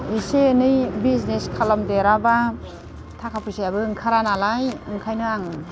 एसे एनै बिजनेस खालामदेराबा थाखा फैसायाबो ओंखारा नालाय ओंखायनो आं